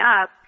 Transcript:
up